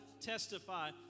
Testify